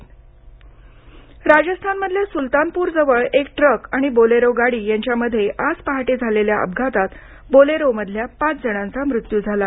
अपघात राजस्थानमधल्या सुलतानपूर जवळ एक ट्रक आणि बोलेरो गाडी यांच्यामध्ये आज पहाटे झालेल्या अपघातात बोलेरोमधल्या पांच जणांचा मृत्यू झाला